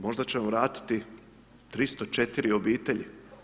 Možda će vratiti 304 obitelji.